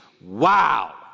Wow